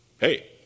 Hey